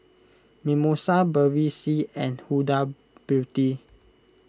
Mimosa Bevy C and Huda Beauty